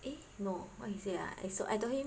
eh no what he say ah I so I told him